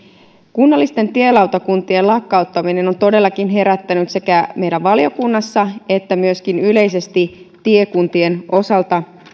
kunnallisten tielautakuntien lakkauttaminen on todellakin herättänyt sekä meidän valiokunnassa että myöskin yleisesti tiekuntien osalta